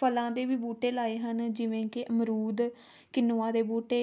ਫਲਾਂ ਦੇ ਵੀ ਬੂਟੇ ਲਗਾਏ ਹਨ ਜਿਵੇਂ ਕਿ ਅਮਰੂਦ ਕਿੰਨੂਆਂ ਦੇ ਬੂਟੇ